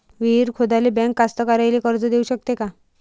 विहीर खोदाले बँक कास्तकाराइले कर्ज देऊ शकते का?